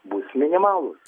bus minimalūs